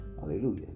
Hallelujah